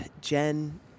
Jen